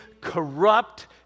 corrupt